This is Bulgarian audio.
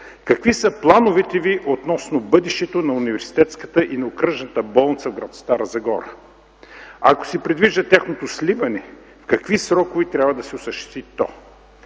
какви са плановете Ви относно бъдещето на Университетската и на Окръжната болница в Стара Загора? Ако се предвижда тяхното сливане, в какви срокове трябва да се осъществи то?